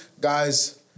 guys